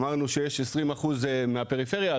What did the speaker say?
אמרנו שיש 20% מהפריפריה,